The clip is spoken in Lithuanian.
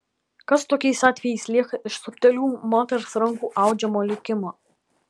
kas tokiais atvejais lieka iš subtilių moters rankų audžiamo likimo